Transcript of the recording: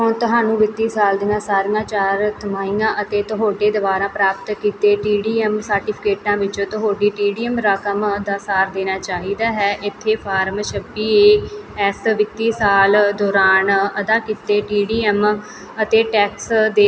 ਹੁਣ ਤੁਹਾਨੂੰ ਵਿੱਤੀ ਸਾਲ ਦੀਆਂ ਸਾਰੀਆਂ ਚਾਰ ਤਿਮਾਹੀਆਂ ਅਤੇ ਤੁਹਾਡੇ ਦੁਆਰਾ ਪ੍ਰਾਪਤ ਕੀਤੇ ਟੀਡੀਐਸ ਸਰਟੀਫਿਕੇਟਾਂ ਵਿੱਚੋਂ ਤੁਹਾਡੀ ਟੀਡੀਐਸ ਰਕਮ ਦਾ ਸਾਰ ਦੇਣਾ ਚਾਹੀਦਾ ਹੈ ਇੱਥੇ ਫਾਰਮ ਛੱਬੀ ਏ ਐਸ ਵਿੱਤੀ ਸਾਲ ਦੌਰਾਨ ਅਦਾ ਕੀਤੇ ਟੀਡੀਐਸ ਅਤੇ ਟੈਕਸ ਦੇ